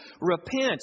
repent